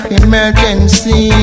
emergency